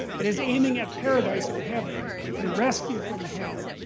it is aiming at paradise or heaven. it can rescue from hell.